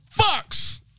fucks